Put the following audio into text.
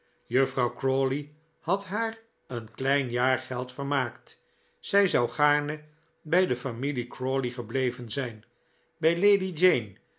juffrouw crawley had haar een klein jaargeld vermaakt zij zou gaarne bij de familie crawley gebleven zijn bij lady jane